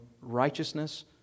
righteousness